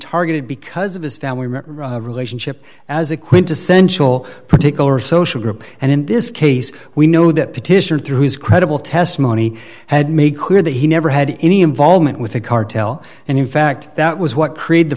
targeted because of his family member relationship as a quintessential particular social group and in this case we know that petitioner through his credible testimony had made clear that he never had any involvement with the cartel and in fact that was what create